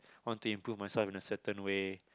want to improve myself in a certain way